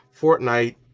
Fortnite